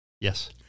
yes